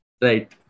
Right